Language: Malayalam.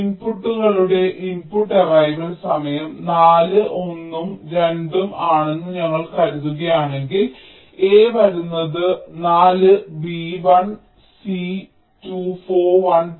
ഇൻപുട്ടുകളുടെ ഇൻപുട്ട് അറൈവൽ സമയം 4 1 ഉം 2 ഉം ആണെന്ന് ഞങ്ങൾ കരുതുകയാണെങ്കിൽ a വരുന്നത് 4 b 1 c 2 4 1 2